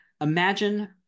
imagine